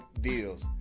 deals